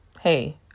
Hey